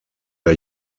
der